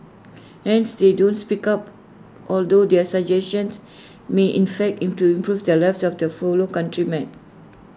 hence they don't speak up although their suggestions may in fact into improve the lives of their fellow countrymen